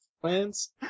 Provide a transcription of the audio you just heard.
plans